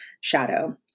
shadow